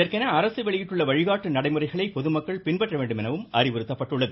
இதற்கென அரசு வெளியிட்டுள்ள வழிகாட்டு நடைமுறைகளை பொதுமக்கள் பின்பற்ற வேண்டுமென அறிவுறுத்தப்பட்டுள்ளது